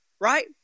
right